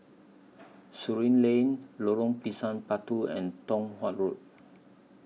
Surin Lane Lorong Pisang Batu and Tong Watt Road